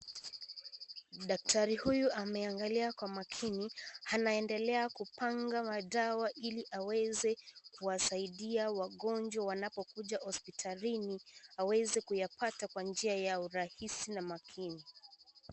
Daktari huyu, ameangalia kwa makini. Anaendelea kupanga madawa, ili aweze kuwasaidia wagonjwa wanapokuja hospitalini, waweze kupata kwa njia ya urahisi na makini.